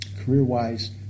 Career-wise